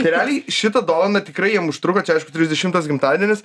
tai realiai šitą dovaną tikrai jiem užtruko čia aišku trisdešimtas gimtadienis